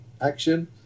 action